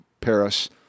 Paris